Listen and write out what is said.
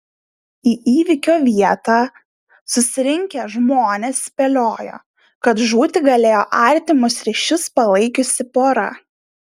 į įvykio vietą susirinkę žmonės spėliojo kad žūti galėjo artimus ryšius palaikiusi pora